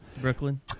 Brooklyn